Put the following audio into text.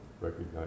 recognize